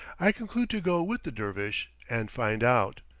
i conclude to go with the dervish and find out.